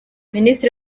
minisiteri